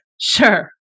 sure